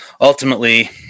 ultimately